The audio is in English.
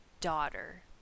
daughter